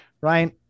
Ryan